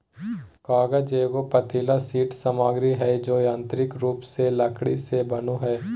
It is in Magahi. कागज एगो पतली शीट सामग्री हइ जो यांत्रिक रूप से लकड़ी से बनो हइ